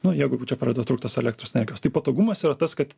nu jeigu jau čia pradeda trūkt tos elektros energijos tai patogumas yra tas kad